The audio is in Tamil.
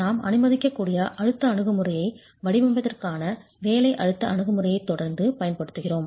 நாம் அனுமதிக்கக்கூடிய அழுத்த அணுகுமுறையை வடிவமைப்பிற்கான வேலை அழுத்த அணுகுமுறையை தொடர்ந்து பயன்படுத்துகிறோம்